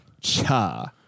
Cha